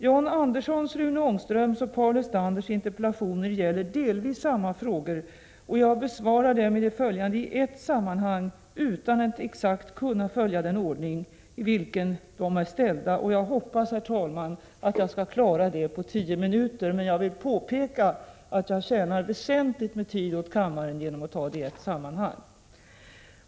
John Anderssons, Rune Ångströms och Paul Lestanders interpellationer gäller delvis samma frågor, och jag besvarar dem i det följande i ett sammanhang utan att exakt kunna följa den ordning i vilken de är ställda. Jag hoppas, herr talman, att jag skall klara detta på 10 minuter, men jag vill påpeka att jag tjänar väsentligt med tid åt kammaren genom att behandla interpellationerna i ett sammanhang.